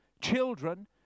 children